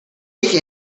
take